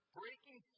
breaking